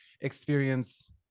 experience